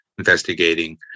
Investigating